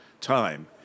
time